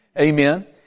Amen